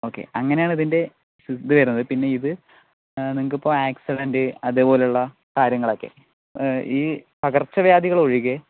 okay അങ്ങനെയാണ് ഇതിൻ്റെ ഇത് വരുന്നത് പിന്നെ ഇത് നിങ്ങൾക്ക് ആക്സിഡൻറ്റ് അതേപോലെയുള്ള കാര്യങ്ങളൊക്കെ ഈ പകർച്ചവ്യാധികൾ ഒഴികെ